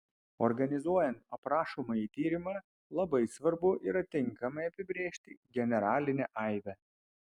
organizuojant aprašomąjį tyrimą labai svarbu yra tinkamai apibrėžti generalinę aibę